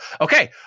okay